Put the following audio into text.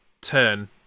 turn